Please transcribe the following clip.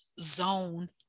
zone